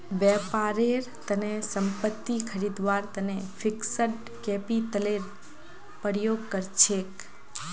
व्यापारेर तने संपत्ति खरीदवार तने फिक्स्ड कैपितलेर प्रयोग कर छेक